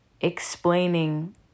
explaining